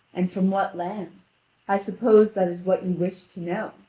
and from what land i suppose that is what you wish to know.